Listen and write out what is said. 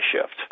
shift